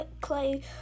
clay